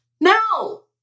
No